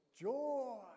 joy